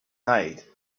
night